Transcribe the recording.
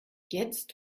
jetzt